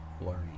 learning